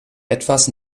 etwas